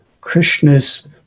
Krishna's